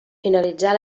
finalitzar